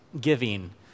giving